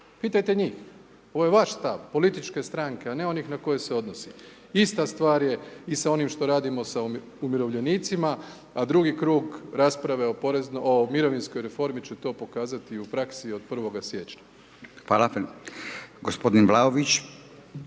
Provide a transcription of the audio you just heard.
Pitajte njih. Ovo je vaš stav, političke stranke, a ne onih na koje se odnosi. Ista stvar je i sa onim što radimo sa umirovljenicima a drugi krug rasprave o mirovinskoj reformi će to pokazati i u praksi od 1. siječnja. **Radin, Furio